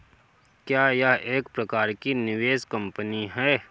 क्या यह एक प्रकार की निवेश कंपनी है?